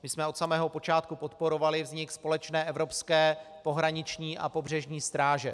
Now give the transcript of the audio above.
My jsme od samého počátku podporovali vznik společné evropské pohraniční a pobřežní stráže.